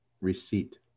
receipt